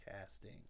casting